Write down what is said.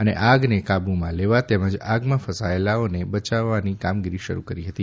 અને આગને કાબૂમાં લેવા તેમજ આગમાં ફસાયેલાને બચાવવાની કામગીરી શરૂ કરી હતી